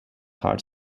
heart